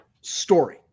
story